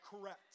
correct